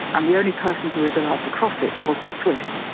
um the only person who was allowed to cross it was the swiss.